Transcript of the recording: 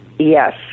Yes